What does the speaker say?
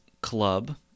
club